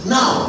Now